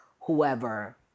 whoever